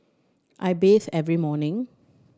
I bathe every morning